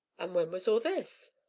and when was all this?